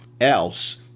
else